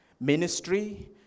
ministry